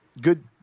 Good